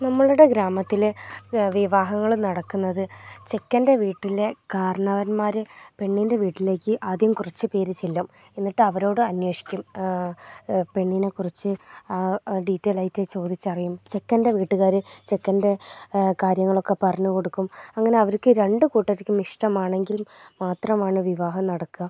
നമ്മളുടെ ഗ്രാമത്തിൽ വിവാഹങ്ങൾ നടക്കുന്നത് ചെക്കൻ്റെ വീട്ടിലെ കാർണവന്മാർ പെണ്ണിൻ്റെ വീട്ടിലേക്ക് ആദ്യം കുറച്ച് പേര് ചെല്ലും എന്നിട്ട് അവരോട് അന്വേഷിക്കും പെണ്ണിനെക്കുറിച്ച് ഡീറ്റെയിലായിട്ട് ചോദിച്ചറിയും ചെക്കൻ്റെ വീട്ടുകാർ ചെക്കൻ്റെ കാര്യങ്ങൾ ഒക്കെ പറഞ്ഞു കൊടുക്കും അങ്ങനെ അവർക്ക് രണ്ട് കൂട്ടർക്കും ഇഷ്ടം ആണെങ്കിൽ മാത്രമാണ് വിവാഹം നടക്കുക